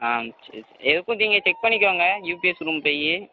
ஆ சரி சரி எதுக்கும் நீங்கள் செக் பண்ணிக்கோங்க யூபிஎஸ் ரூம் போய்